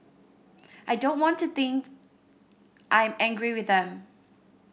I don't want to think I'm angry with them